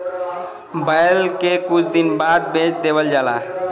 बैल के कुछ दिन बाद बेच देवल जाला